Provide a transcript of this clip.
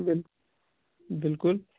بل بلکُل